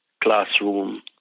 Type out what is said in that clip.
classroom